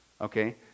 okay